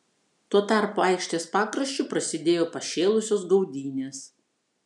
tuo tarpu aikštės pakraščiu prasidėjo pašėlusios gaudynės